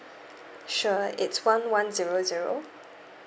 sure it's one one zero zero